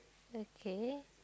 okay